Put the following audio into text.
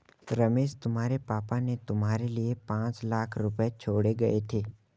रमेश तुम्हारे पापा ने तुम्हारे लिए पांच लाख रुपए छोड़े गए थे